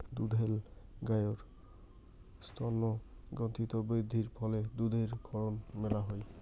দুধেল গাইের স্তনগ্রন্থিত বৃদ্ধির ফলে দুধের ক্ষরণ মেলা হই